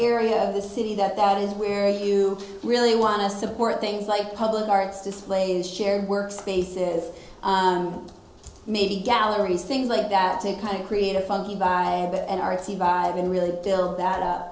area of the city that that is where you really want to support things like public parks displays shared work spaces maybe galleries things like that to kind of create a funky buy and artsy vibe and really build that